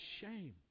shame